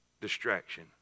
distraction